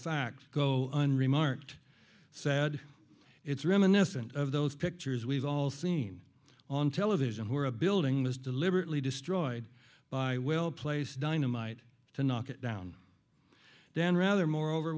fact go unremarked sad it's reminiscent of those pictures we've all seen on television who are a building was deliberately destroyed by well placed dynamite to knock it down dan rather moreover